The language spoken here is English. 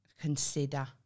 consider